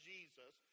Jesus